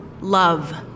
love